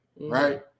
Right